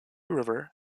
river